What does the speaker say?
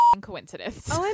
coincidence